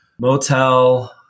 motel